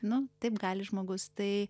nu taip gali žmogus tai